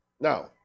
Now